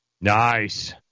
Nice